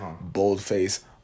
boldface